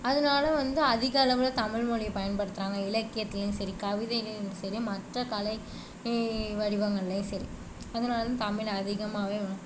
அதனால வந்து அதிகளவில் தமிழ்மொழியை பயன்படுத்துறாங்க இலக்கியத்திலையும் சரி கவிதையிலையும் சரி மற்ற கலை ஈ வடிவங்கள்லையும் சரி அதனால் தமிழ் அதிகமாகவே வ